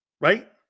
Right